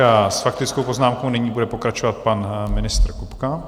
S faktickou poznámkou nyní bude pokračovat pan ministr Kupka.